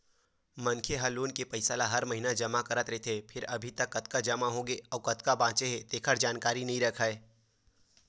मनखे ह लोन के पइसा ल हर महिना जमा करत रहिथे फेर अभी तक कतका जमा होगे अउ कतका बाचे हे तेखर जानकारी नइ राखय